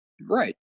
Right